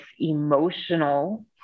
emotional